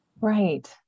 Right